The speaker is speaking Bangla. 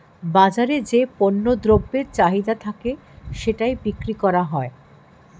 বাজারে যে পণ্য দ্রব্যের চাহিদা থাকে সেটাই বিক্রি করা হয়